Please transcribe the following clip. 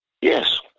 Yes